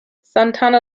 santana